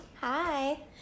Hi